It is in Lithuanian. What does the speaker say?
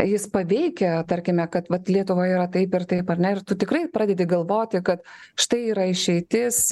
jis paveikia tarkime kad vat lietuvoje yra taip ir taip ar ne ir tu tikrai pradedi galvoti kad štai yra išeitis